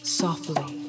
softly